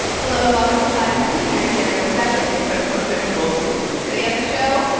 hello, and welcome to planet money. i'm sarah gonzalez and i'm jacob goldstein today on the show,